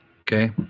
Okay